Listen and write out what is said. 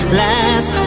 last